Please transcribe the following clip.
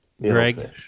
Greg